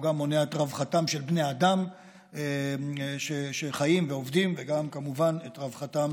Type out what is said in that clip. הוא גם מונע את רווחתם של בני אדם שחיים ועובדים וגם כמובן את רווחתם